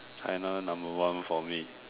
China number one for me